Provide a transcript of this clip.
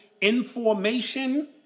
information